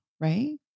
right